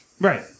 Right